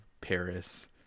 Paris